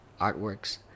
artworks